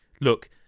look